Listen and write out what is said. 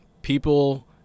people